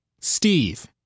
Steve